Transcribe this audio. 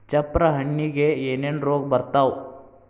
ಚಪ್ರ ಹಣ್ಣಿಗೆ ಏನೇನ್ ರೋಗ ಬರ್ತಾವ?